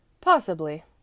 Possibly